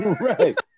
Right